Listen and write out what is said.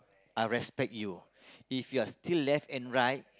I'll respect you if you're still left and right